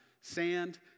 sand